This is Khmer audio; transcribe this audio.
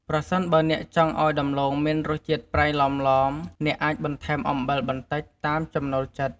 ប្រសិនបើអ្នកចង់ឱ្យដំឡូងមានរសជាតិប្រៃឡមៗ អ្នកអាចបន្ថែមអំបិលបន្តិច តាមចំណូលចិត្ត។